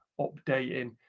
updating